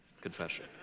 Confession